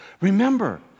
Remember